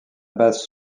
base